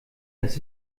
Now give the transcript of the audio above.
das